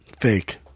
Fake